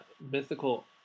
mythical